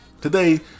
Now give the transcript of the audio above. Today